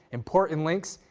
important links,